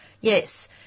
Yes